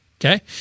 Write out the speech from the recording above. Okay